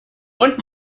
und